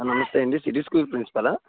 నమస్తే అండీ city school principal